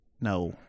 No